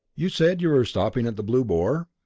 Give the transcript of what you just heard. you said you were stopping at the blue boar?